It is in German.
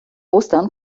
ostern